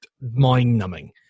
mind-numbing